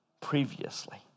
previously